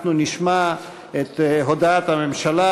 אנחנו נשמע את הודעת הממשלה,